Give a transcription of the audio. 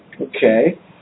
Okay